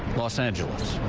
los angeles.